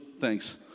thanks